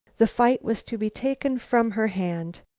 the fight was to be taken from her hand.